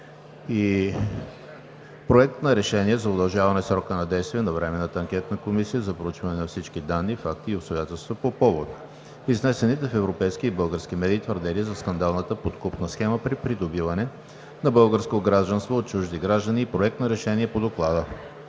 Проект на решение за удължаване срока на действие на Временната анкетна комисия за проучване на всички данни, факти и обстоятелства по повод изнесените в европейски и български медии твърдения за скандалната подкупна схема при придобиване на българско гражданство от чужди граждани и Проект на решение по Доклада.